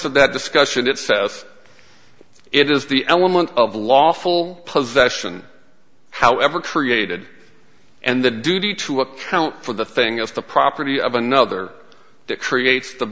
of that discussion it says it is the element of lawful possession however created and the duty to look for the thing as the property of another creates the